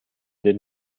den